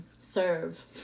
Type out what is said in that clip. serve